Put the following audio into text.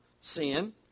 Sin